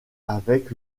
avec